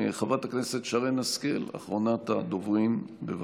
חברת הכנסת שרן השכל, אחרונת הדוברים, בבקשה.